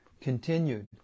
continued